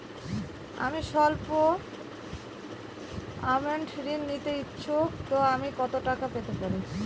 আমি সল্প আমৌন্ট ঋণ নিতে ইচ্ছুক তো আমি কত টাকা পেতে পারি?